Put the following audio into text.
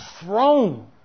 throne